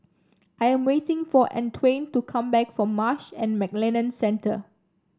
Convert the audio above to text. I am waiting for Antwain to come back from Marsh and McLennan Centre